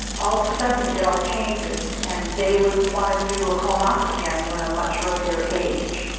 all of a sudden it all changes and they would want to do a colonoscopy on you at a much earlier age.